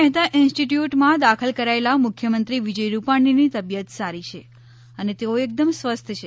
મહેતા ઇન્સ્ટીટયુટમાં દાખલ કરાયેલા મુખ્યમંત્રી વિજય રૂપાણીની તબિયત સારી છે અને તેઓ એકદમ સ્વસ્થ છે